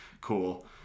cool